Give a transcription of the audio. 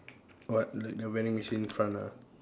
what like the vending machine in front ah